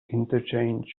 interchange